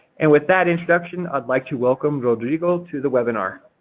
and with that introduction, i'd like to welcome rodrigo to the webinar.